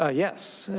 ah yes.